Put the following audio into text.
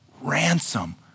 ransom